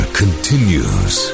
continues